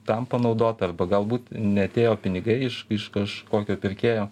tam panaudot arba galbūt neatėjo pinigai iš iš kažkokio pirkėjo